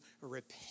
repent